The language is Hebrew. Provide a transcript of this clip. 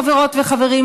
חברות וחברים,